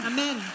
Amen